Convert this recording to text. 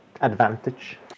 advantage